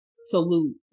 salute